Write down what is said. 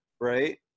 right